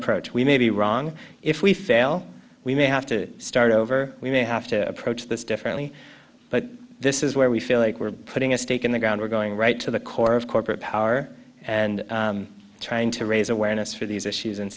approach we may be wrong if we fail we may have to start over we may have to approach this differently but this is where we feel like we're putting a stake in the ground we're going right to the core of corporate power and trying to raise awareness for these issues in